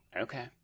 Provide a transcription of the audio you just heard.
okay